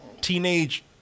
teenage